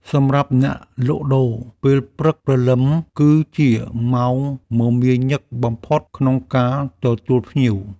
សម្រាប់អ្នកលក់ដូរ ពេលព្រឹកព្រលឹមគឺជាម៉ោងមមាញឹកបំផុតក្នុងការទទួលភ្ញៀវ។